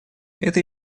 это